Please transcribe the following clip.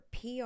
PR